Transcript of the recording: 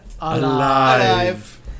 Alive